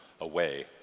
away